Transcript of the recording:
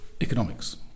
economics